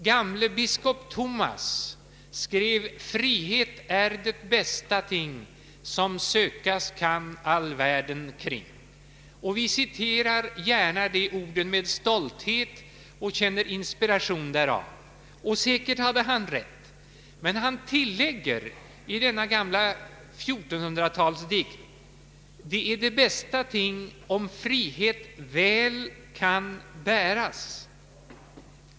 Gamle biskop Thomas skrev: ”Frihet är det bästa ting, som sökas kan all världen kring.” Vi citerar gärna dessa ord med stolthet och känner inspiration därav, och han hade säkert rätt. Men han tillägger i denna gamla 1400-talsdikt att den är det bästa ting för den som ”frihet väl kan bära”.